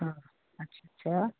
हाँ अच्छा